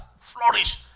flourish